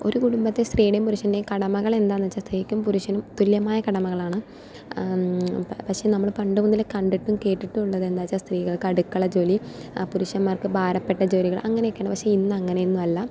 ഒരു കുടുംബത്തിലെ സ്ത്രീയുടെയും പുരുഷൻ്റെയും കടമകൾ എന്താന്ന് വെച്ചാൽ സ്ത്രീക്കും പുരുഷനും തുല്യമായ കടമകളാണ് പക്ഷെ നമ്മൾ പണ്ട് മുതലേ കണ്ടിട്ടും കേട്ടിട്ടും ഉള്ളത് എന്താന്ന് വെച്ചാൽ സ്ത്രീകൾക്ക് അടുക്കള ജോലി ആ പുരുഷന്മാർക്ക് ഭാരപ്പെട്ട ജോലികൾ അങ്ങനെയൊക്കെയാണ് പക്ഷെ ഇന്ന് അങ്ങനെ ഒന്നുമല്ല